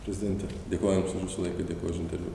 prezidente dėkoju jums už jūsų laiką dėkoju už interviu